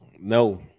No